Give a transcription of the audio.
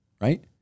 right